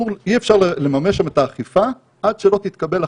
אי-אפשר לממש שם את האכיפה עד שלא תתקבל החלטה.